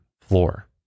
floor